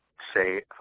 say,